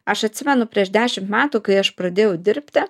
aš atsimenu prieš dešimt metų kai aš pradėjau dirbti